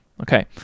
Okay